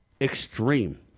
extreme